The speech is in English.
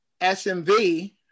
SMV